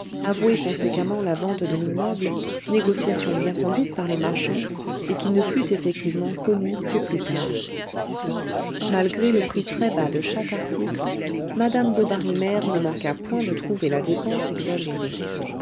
avouer conséquemment la vente de l'immeuble négociation bien conduite par le marchand et qui ne fut effectivement connue que plus tard malgré le prix très bas de chaque article madame bovary mère ne manqua point de trouver la dépense exagérée